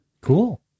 Cool